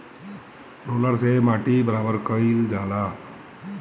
roller से माटी बराबर कइल जाला